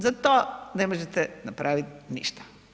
Za to ne možete napraviti ništa.